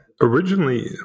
Originally